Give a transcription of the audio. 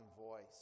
voice